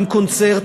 עם קונצרט,